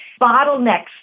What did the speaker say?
Bottlenecks